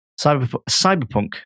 Cyberpunk